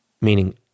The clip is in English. Meaning